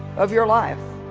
of your life.